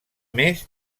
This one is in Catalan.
més